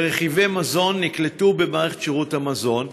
ורכיבי מזון נקלטו במערכת שירות המזון,